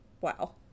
wow